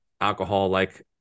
alcohol-like